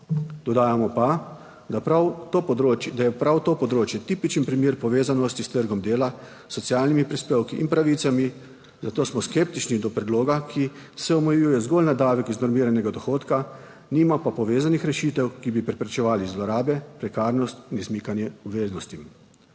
Dodajamo pa, da je prav to področje tipičen primer povezanosti s trgom dela, s socialnimi prispevki in pravicami, zato smo skeptični do predloga, ki se omejuje zgolj na davek iz normiranega dohodka, nima pa povezanih rešitev, ki bi preprečevali zlorabe, prekarnost in izmikanje obveznostim.